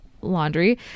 laundry